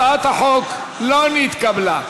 הצעת החוק לא נתקבלה.